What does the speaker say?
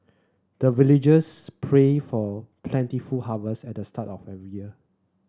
the villagers pray for plentiful harvest at the start of every year